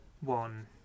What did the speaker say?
one